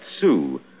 sue